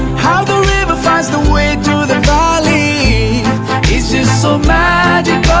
how the river finds the way to the valley is just so magical